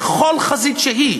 בכל חזית שהיא,